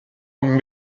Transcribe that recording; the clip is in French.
ont